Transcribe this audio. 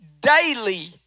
daily